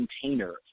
container